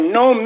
no